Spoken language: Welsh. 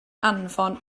anfon